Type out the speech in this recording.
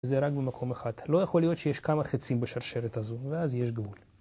זה רק במקום אחד, לא יכול להיות שיש כמה חיצים בשרשרת הזו, ואז יש גבול